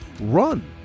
Run